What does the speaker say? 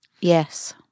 Yes